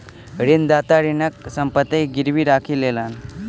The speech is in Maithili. ऋणदाता ऋणीक संपत्ति के गीरवी राखी लेलैन